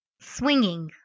swinging